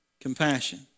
compassion